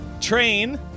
train